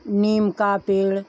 पेड़ नीम का पेड़